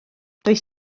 does